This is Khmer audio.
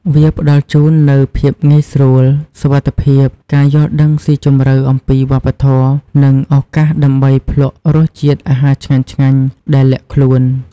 វាផ្តល់ជូននូវភាពងាយស្រួល សុវត្ថិភាព ការយល់ដឹងស៊ីជម្រៅអំពីវប្បធម៌ និងឱកាសដើម្បីភ្លក្សរសជាតិអាហារឆ្ងាញ់ៗដែលលាក់ខ្លួន។